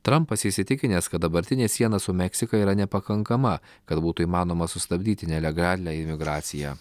trampas įsitikinęs kad dabartinė siena su meksika yra nepakankama kad būtų įmanoma sustabdyti nelegalią imigraciją